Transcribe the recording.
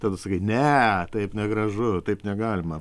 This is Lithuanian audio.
tada sakai ne taip negražu taip negalima